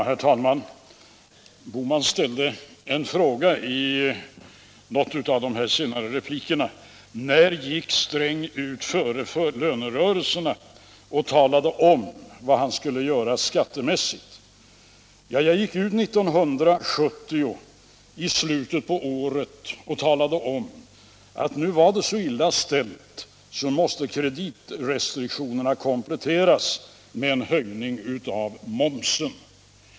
Herr talman! Herr Bohman ställde en fråga i något av sina senaste anföranden: När gick Sträng ut före någon lönerörelse och talade om vad han skulle göra skattemässigt? Jag gick ut i slutet av år 1970 och talade om att nu var det så illa ställt att kreditrestriktionerna måste kompletteras med en höjning av momsen.